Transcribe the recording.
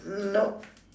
nope